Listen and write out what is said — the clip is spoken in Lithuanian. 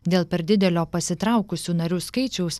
dėl per didelio pasitraukusių narių skaičiaus